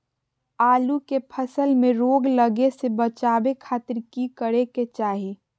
आलू के फसल में रोग लगे से बचावे खातिर की करे के चाही?